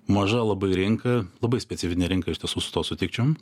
maža labai rinka labai specifinė rinka iš tiesų su tuo sutikčiau